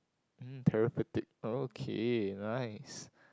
mm therapeutic oh okay nice